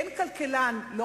אין כלכלן בעולם,